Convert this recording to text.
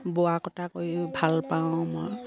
বোৱা কটা কৰি ভাল পাওঁ মই